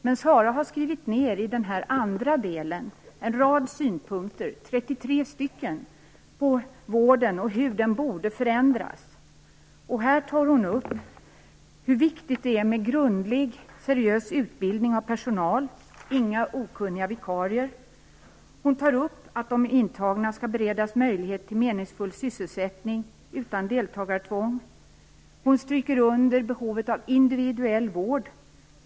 Men Sara har skrivit ner en rad synpunkter, 33 stycken, på hur vården borde förändras. Där tar hon upp hur viktigt det är med en grundlig och seriös utbildning av personal, inga okunniga vikarier. Hon tar upp att de intagna skall beredas möjlighet till meningsfull sysselsättning utan deltagartvång. Hon stryker under behovet av individuell vård.